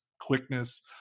quickness